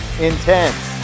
Intense